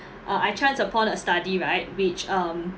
uh I chance upon a study right which um